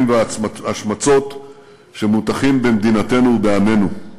וההשמצות שמוטחים במדינתנו ובעמנו.